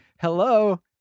hello